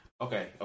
okay